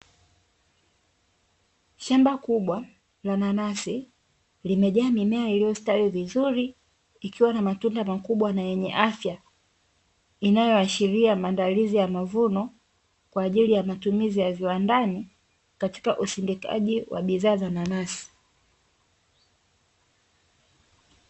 Shamba kubwa la nanasi limejaa mimea iliyostawi vizuri, ikiwa na matunda makubwa na yenye afya. Maandalizi ya mavuno kwa ajili ya matumizi ya viwandani katika usindikaji wa bidhaa za nanasi.